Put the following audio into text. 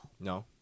No